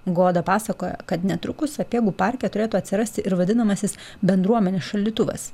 goda pasakojo kad netrukus sapiegų parke turėtų atsirasti ir vadinamasis bendruomenės šaldytuvas